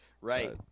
Right